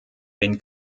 den